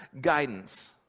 guidance